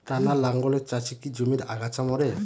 টানা লাঙ্গলের চাষে কি জমির আগাছা মরে?